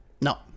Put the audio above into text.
No